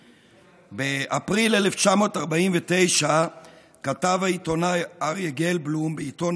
באפריל 1949 כתב העיתונאי אריה גלבלום בעיתון